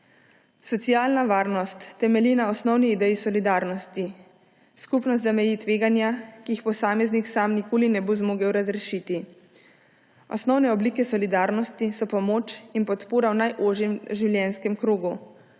Socialna varnost temelji na osnovni ideji solidarnosti. Skupnost zameji tveganja, ki jih posameznik sam nikoli ne bo zmogel razrešiti. Osnovne oblike solidarnosti so pomoč in podpora v najožjem življenjskem krogu,